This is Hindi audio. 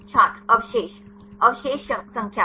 छात्र अवशेष अवशेष संख्या